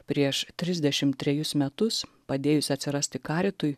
prieš trisdešim trejus metus padėjus atsirasti karitui